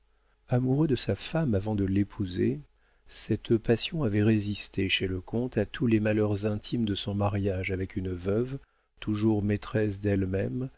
amoureux de sa femme avant de l'épouser cette passion avait résisté chez le comte à tous les malheurs intimes de son mariage avec une veuve toujours maîtresse d'elle-même